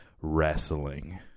Wrestling